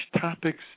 topics